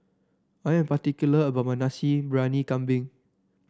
I am particular about my Nasi Briyani Kambing